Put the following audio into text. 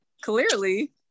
Clearly